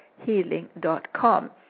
healing.com